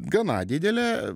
gana didelė